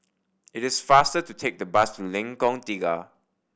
it is faster to take the bus to Lengkong Tiga